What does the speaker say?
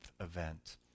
event